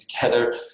together